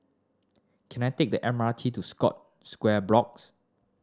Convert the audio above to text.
can I take the M R T to Scott Square Blocks